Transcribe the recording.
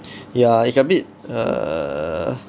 ya it's a bit err